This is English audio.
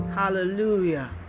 Hallelujah